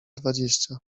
dwadzieścia